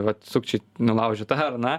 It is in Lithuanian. vat sukčiai nulaužė tą ar aną